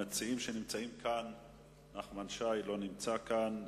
מבין המציעים, חבר הכנסת נחמן שי לא נמצא כאן.